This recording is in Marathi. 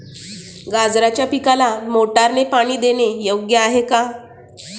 गाजराच्या पिकाला मोटारने पाणी देणे योग्य आहे का?